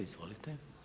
Izvolite.